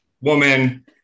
woman